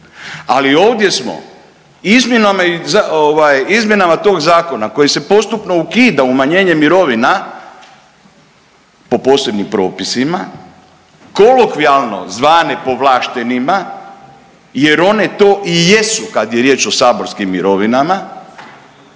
Ali ovdje smo izmjenama tog Zakona koji se postupno ukida umanjenje mirovina po posebnim propisima kolokvijalno zvane povlaštenima jer one to i jesu kada je riječ o saborskim mirovinama,